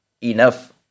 enough